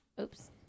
Oops